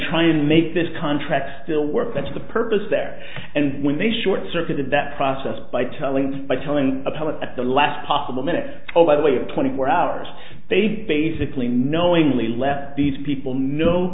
try and make this contract still work that's the purpose there and when they short circuited that process by telling by telling a pilot at the last possible minute oh by the way a twenty four hours they basically knowingly let these people know